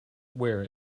wear